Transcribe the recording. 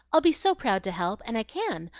i'd be so proud to help and i can,